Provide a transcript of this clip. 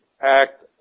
act